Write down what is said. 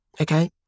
okay